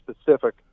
specific